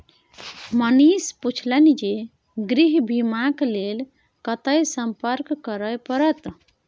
मनीष पुछलनि जे गृह बीमाक लेल कतय संपर्क करय परत?